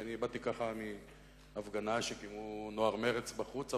ואני באתי ככה מהפגנה שקיימו נוער מרצ בחוץ.